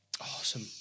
Awesome